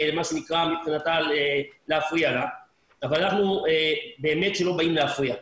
כך מבחינתה - להפריע לה אבל אנחנו באמת שלא באים להפריע.